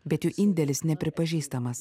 bet jų indėlis nepripažįstamas